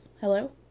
Hello